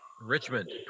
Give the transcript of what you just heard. Richmond